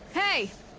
hey!